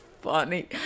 funny